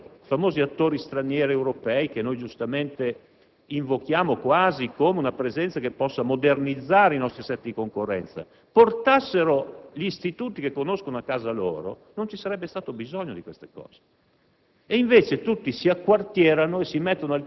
Ancora: si potrebbe obiettare che, se i famosi attori stranieri ed europei, che giustamente invochiamo quasi come una presenza che possa modernizzare il nostro assetto di concorrenza, portassero gli istituti che conoscono a casa loro, non vi sarebbe stato bisogno di queste norme.